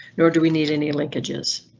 nor do we need any linkages.